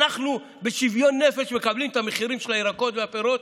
ואנחנו בשוויון נפש מקבלים את המחירים של הירקות והפירות.